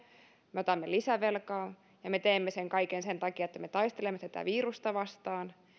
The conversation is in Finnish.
me otamme lisävelkaa ja me teemme sen kaiken sen takia että me taistelemme tätä virusta vastaan